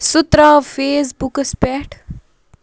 سُہ ترٛاو فیس بُکَس پٮ۪ٹھ